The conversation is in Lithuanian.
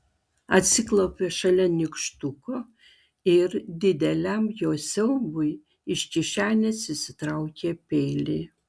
atsiklaupė šalia nykštuko ir dideliam jo siaubui iš kišenės išsitraukė peilį